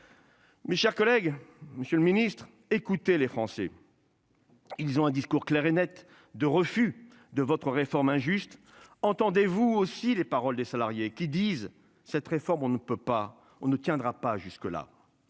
Mes chers collègues, Monsieur le Ministre, écouter les Français. Ils ont un discours clair et Net de refus de votre réforme injuste. Entendez-vous aussi les paroles des salariés qui disent cette réforme, on ne peut pas on ne